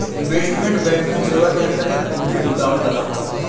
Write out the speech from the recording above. investment banking सेवा के अंतर्गत पूंजी जुटावल जाला